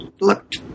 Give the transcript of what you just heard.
looked